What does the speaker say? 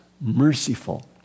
merciful